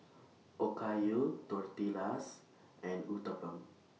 Okayu Tortillas and Uthapam